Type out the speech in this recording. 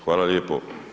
Hvala lijepo.